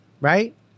right